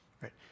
right